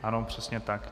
Ano, přesně tak.